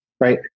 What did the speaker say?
right